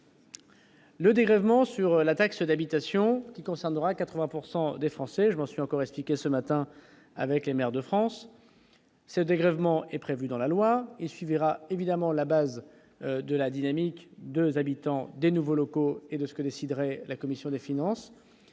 le dégrèvement sur la taxe d'habitation qui concernera 80 pourcent des Français, je me suis encore expliqué ce matin avec les maires de France, cette dégrèvement est prévu dans la loi et suffira évidemment la base de la dynamique 2 habitants de nouveaux locaux, et de ce que déciderait la commission des finances,